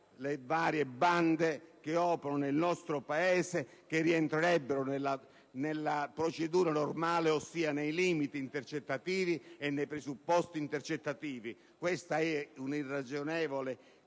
le varie bande che operano nel nostro Paese, che rientrerebbero così nella procedura normale ossia nei limiti e nei presupposti intercettativi. Si tratta di un'irragionevole